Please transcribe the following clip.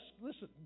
listen